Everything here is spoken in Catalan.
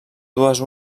dues